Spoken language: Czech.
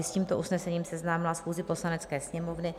a) s tímto usnesením seznámila schůzi Poslanecké sněmovny,